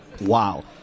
wow